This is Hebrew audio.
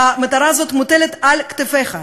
המטלה הזאת מוטלת על כתפיך.